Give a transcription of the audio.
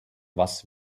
was